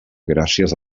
gràcies